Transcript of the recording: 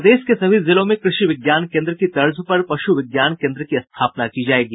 प्रदेश के सभी जिलों में कृषि विज्ञान केन्द्र की तर्ज पर पशु विज्ञान केन्द्र की स्थापना की जायेगी